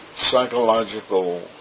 psychological